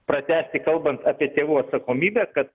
pratęsti kalbant apie tėvų atsakomybę kad